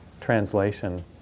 translation